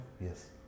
Yes